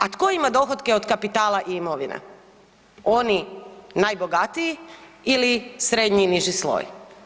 A tko ima dohotke od kapitala i imovine, oni najbogatiji ili srednji i niži sloj?